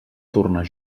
tornar